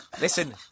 listen